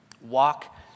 walk